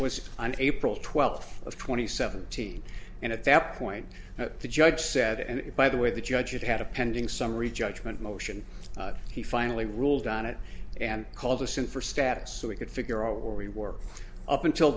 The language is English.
was on april twelfth of twenty seventeen and at that point the judge said and by the way the judge it had a pending summary judgment motion he finally ruled on it and called us in for status so we could figure out what we were up until